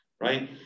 right